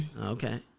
Okay